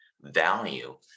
value